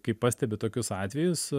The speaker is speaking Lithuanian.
kai pastebi tokius atvejus